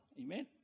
Amen